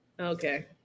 Okay